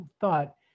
thought